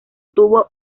tuvo